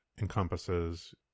encompasses